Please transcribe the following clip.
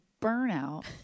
burnout